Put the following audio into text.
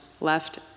left